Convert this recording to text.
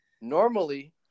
Normally